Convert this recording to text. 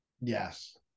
Yes